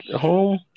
home